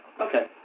Okay